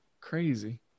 Crazy